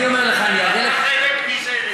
אני אראה לך, צריך לרדת מזה.